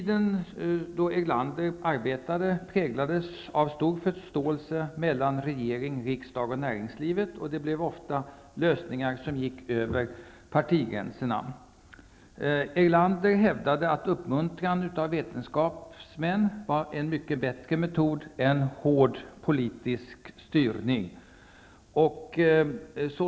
Den tid då Erlander verkade präglades av stor förståelse mellan regering, riksdag och näringslivet. Det blev ofta lösningar som gick över partigränserna. Erlander hävdade att uppmuntran av vetenskapsmän var en mycket bättre metod än hård politisk styrning.